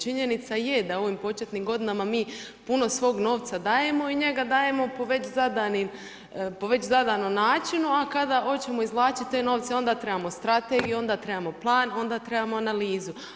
Činjenica je da u ovim početnim godinama puno svog novca dajemo i njega dajemo po već zadanom načinu, a kada hoćemo izvlačiti te novce, onda trebamo strategiju, onda trebamo plan, onda trebamo analizu.